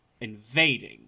invading